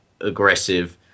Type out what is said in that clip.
aggressive